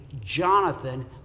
Jonathan